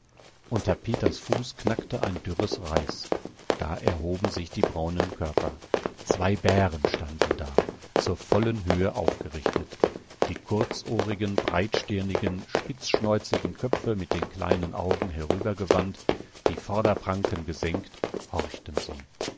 unter peters fuß knackte ein dürres reis da erhoben sich die braunen körper zwei bären standen da zur vollen höhe aufgerichtet die kurzohrigen breitstirnigen spitzschnäuzigen köpfe mit den kleinen augen herübergewandt die vorderpranken gesenkt horchten sie